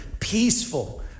peaceful